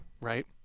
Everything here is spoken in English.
right